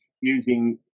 using